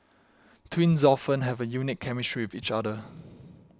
twins often have a unique chemistry with each other